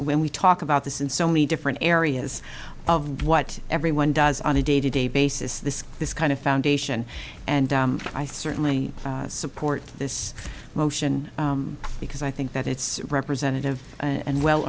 when we talk about this in so many different areas of what everyone does on a day to day basis this kind of foundation and i certainly support this motion because i think that it's representative and well